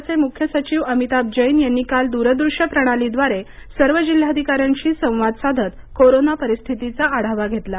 राज्याचे मुख्य सचिव अमिताभ जैन यांनी काल दूर दृश्य प्रणालीद्वारे सर्व जिल्हाधिकाऱ्यांशी संवाद साधत कोरोना परिस्थितीचा आढावा घेतला